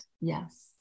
Yes